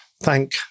thank